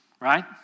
Right